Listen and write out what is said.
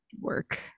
work